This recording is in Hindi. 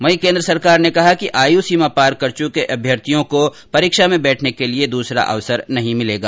वहीं केन्द्र सरकार ने कहा कि आयु सीमा पार कर चुके अभ्यर्थियों को परीक्षा में बैठने के लिए दूसरा अवसर नहीं मिलेगा